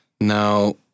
Now